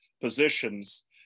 positions